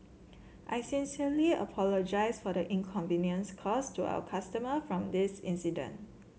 I sincerely apologise for the inconvenience caused to our customer from this incident